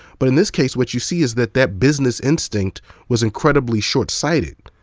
but in this case what you see is that that business instinct was incredibly shortsighted.